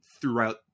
throughout